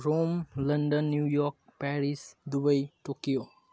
Rome London New York Paris Dubai Tokyo